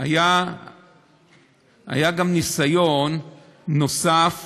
היה ניסיון נוסף